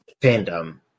Fandom